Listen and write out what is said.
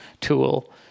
tool